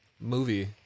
movie